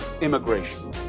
immigration